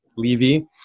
Levy